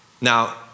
Now